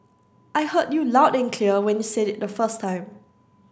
I heard you loud and clear when you said it the first time